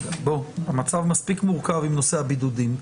המצב מספיק מורכב עם נושא הבידודים.